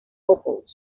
vocals